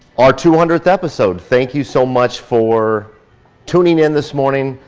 our two hundredth episode. thank you so much for tuning in this morning.